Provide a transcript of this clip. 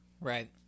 Right